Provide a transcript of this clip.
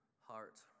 heart